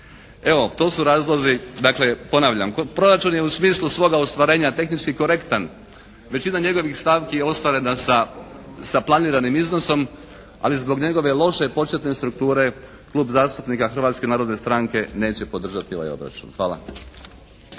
Evo to su razlozi. Dakle ponavljam, proračun je u smislu svoga ostvarenja tehnički korektan. Većina njegovih stavki je ostvarena sa planiranim iznosom, ali zbog njegove loše početne strukture Klub zastupnika Hrvatske narodne stranke neće podržati ovaj obračun. Hvala.